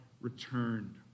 returned